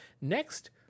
next